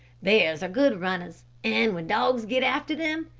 bears are good runners, and when dogs get after them,